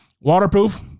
waterproof